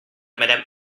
madame